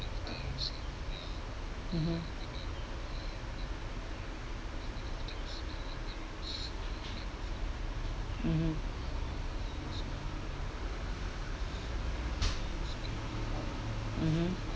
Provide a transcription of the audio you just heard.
mmhmm mmhmm mmhmm